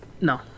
No